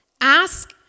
Ask